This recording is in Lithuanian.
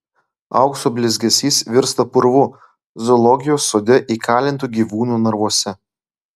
aukso blizgesys virsta purvu zoologijos sode įkalintų gyvūnų narvuose